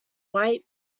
white